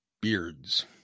beards